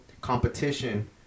Competition